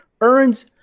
earns